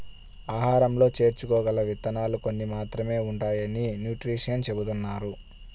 ఆహారంలో చేర్చుకోగల విత్తనాలు కొన్ని మాత్రమే ఉంటాయని న్యూట్రిషన్స్ చెబుతున్నారు